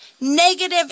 negative